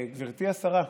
גברתי השרה,